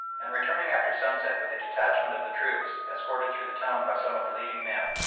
and returning after sunset with a detachment of the troops escorted through the town by some of the leading men,